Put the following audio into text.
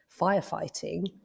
firefighting